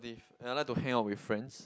and I like to hang out with friends